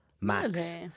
Max